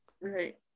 right